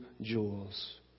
jewels